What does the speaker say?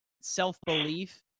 self-belief